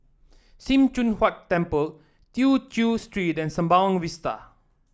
Sim Choon Huat Temple Tew Chew Street and Sembawang Vista